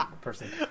person